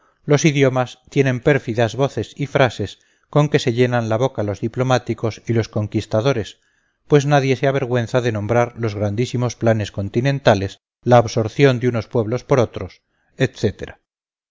los idiomas tienen pérfidas voces y frases con que se llenan la boca los diplomáticos y los conquistadores pues nadie se avergüenza de nombrar los grandiosos planes continentales la absorción de unos pueblos por otros